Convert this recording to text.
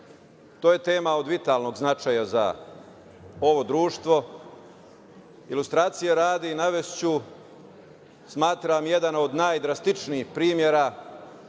je to tema od vitalnog značaja za ovo društvo. Ilustracije radi, navešću jedan od najdrastičnijih primera